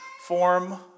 form